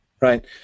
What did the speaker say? right